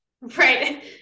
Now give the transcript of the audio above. Right